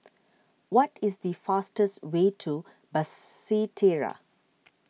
what is the fastest way to Basseterre